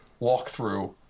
walkthrough